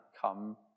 come